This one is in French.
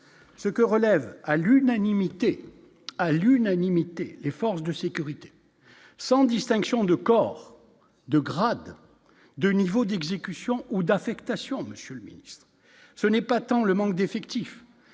ce que relève à l'unanimité, à l'unanimité, les forces de sécurité sans distinction de corps de grades, de niveaux d'exécution ou d'affectation, Monsieur le Ministre, ce n'est pas tant le manque d'effectifs,